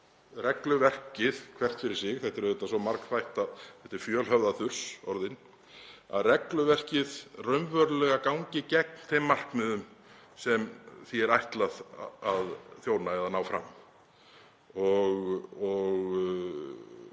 að regluverkið hvert fyrir sig, þetta er auðvitað svo margþætt að þetta er fjölhöfða þurs orðinn, gangi raunverulega gegn þeim markmiðum sem því er ætlað að þjóna eða ná fram. Það